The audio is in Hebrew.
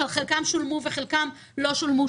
שחלקם שולמו וחלקם לא שולמו,